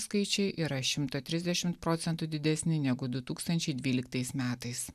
skaičiai yra šimta trisdešimt procentų didesni negu du tūkstančiai dvyliktais metais